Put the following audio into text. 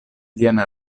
lian